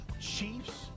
Chiefs